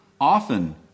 Often